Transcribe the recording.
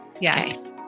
Yes